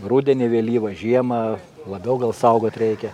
rudenį vėlyvą žiemą labiau gal saugot reikia